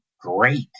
great